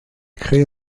créé